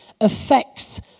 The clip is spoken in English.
affects